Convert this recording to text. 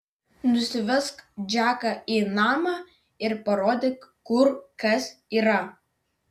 nusivesk džeką į namą ir parodyk kur kas yra